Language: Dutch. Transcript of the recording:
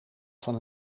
van